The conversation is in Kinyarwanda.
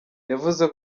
yavuze